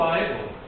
Bible